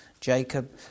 Jacob